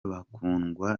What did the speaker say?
bakundwa